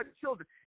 children